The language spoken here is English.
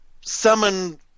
summon